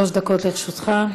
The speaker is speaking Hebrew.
שלוש דקות לרשותך.